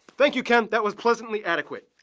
thank you, ken. that was pleasantly adequate